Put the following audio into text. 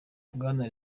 bwana